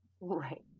Right